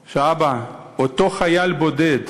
אבא, אותו חייל בודד